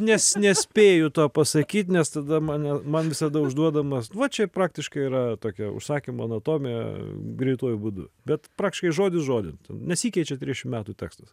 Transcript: nes nespėju to pasakyt nes tada mane man visada užduodamas va čia praktiškai yra tokia užsakymo anatomija greituoju būdu bet praktiškai žodis žodin nesikeičia trišim metų tekstas